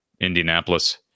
Indianapolis